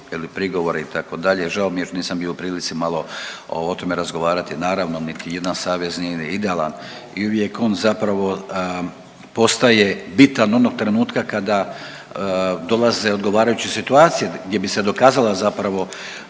li prigovora itd., žao mi je što nisam bio u prilici malo o tome razgovarati, naravno niti jedan savez nije idealan i uvijek on zapravo postaje bitan onog trenutka kada dolaze odgovarajuće situacije gdje bi se dokazala zapravo